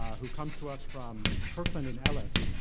who comes to us from kirkland and ellis.